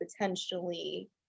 potentially